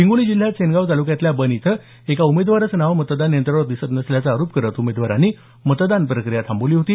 हिंगोली जिल्ह्यात सेनगाव तालुक्यातल्या बन इथं एका उमेदवाराचं नाव मतदान यंत्रावर दिसत नसल्याचा आरोप करत उमेदवारांनी मतदान प्रक्रिया थांबवली होती